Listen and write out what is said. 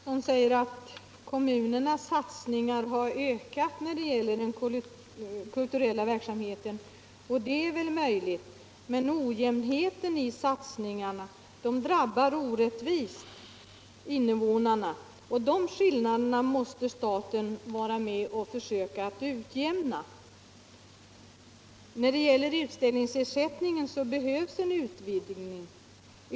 Herr talman! Georg Andersson i Lycksele säger att kommunernas satsningar har ökat när det gäller den kulturella verksamheten, och det är möjligt. Men ojämnheten i satsningarna drabbar medborgarna orättvist. och de skillnaderna måste staten försöka utjämna. Utställningsersättningen behöver utvidgas.